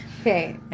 Okay